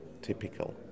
typical